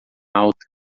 alta